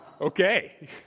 Okay